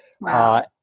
Wow